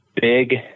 big